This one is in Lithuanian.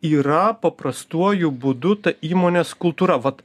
yra paprastuoju būdu ta įmonės kultūrą vat